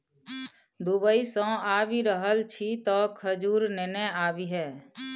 Dubai सँ आबि रहल छी तँ खजूर नेने आबिहे